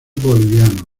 boliviano